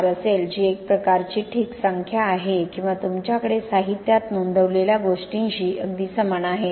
4 असेल जी एक प्रकारची ठीक संख्या आहे किंवा तुमच्याकडे साहित्यात नोंदवलेल्या गोष्टींशी अगदी समान आहे